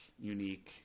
unique